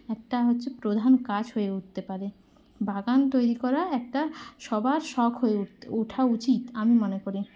একটা হচ্ছে প্রধান কাজ হয়ে উঠতে পারে বাগান তৈরি করা একটা সবার শখ হয়ে ওঠা উচিত আমি মনে করি